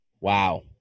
Wow